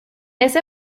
ese